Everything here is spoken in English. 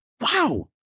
Wow